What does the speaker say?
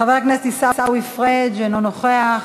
חבר הכנסת עיסאווי פריג' אינו נוכח,